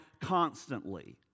constantly